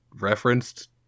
referenced